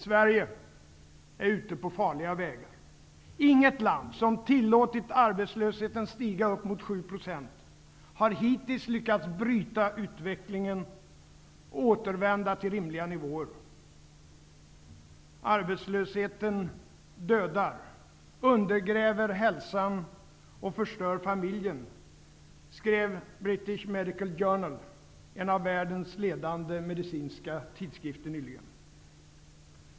Sverige är ute på farliga vägar. Inget land som tillåtit arbetslösheten stiga uppemot 7 % har hittills lyckats bryta utvecklingen och återvända till rimliga nivåer. ''Arbetslösheten dödar, undergräver hälsan och förstör familjen'' skrev British Medical Journal, en av världens ledande medicinska tidskrifter nyligen.